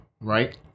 right